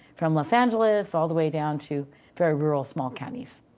from los angeles, all the way down to very rural small counties.